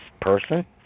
person